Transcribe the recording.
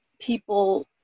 people